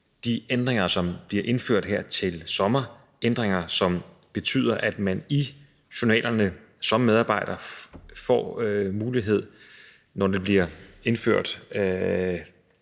de ændringer, som bliver indført her til sommer – ændringer, som betyder, at man i journalerne som medarbejder får mulighed for, når det bliver indført